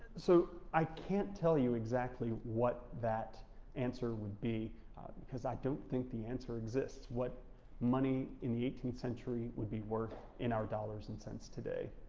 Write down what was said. so, i can't tell you exactly what that answer would be because i don't think the answer exists, what money in the eighteenth century would be worth in our dollars and cents today.